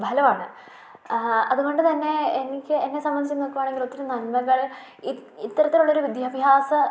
ഫലമാണ് ആ അതു കൊണ്ടു തന്നെ എനിക്ക് എന്നെ സംബന്ധിച്ച് നോക്കുകയാണെങ്കിലൊത്തിരി നന്മകൾ ഇ ഇത്തരത്തിലുള്ളൊരു വിദ്യാഭ്യാസ